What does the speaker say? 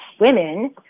women